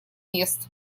мест